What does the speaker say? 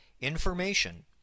information